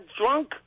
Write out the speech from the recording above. drunk